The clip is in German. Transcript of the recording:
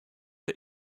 der